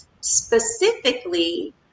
specifically